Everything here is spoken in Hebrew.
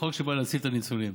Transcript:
חוק שבא להציל את הניצולים.